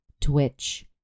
Twitch